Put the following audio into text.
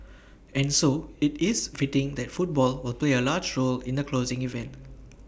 and so IT is fitting that football will do your large role in the closing event